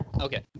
okay